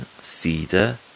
cedar